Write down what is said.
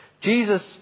Jesus